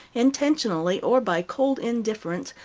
intentionally or by cold indifference,